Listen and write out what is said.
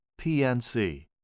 PNC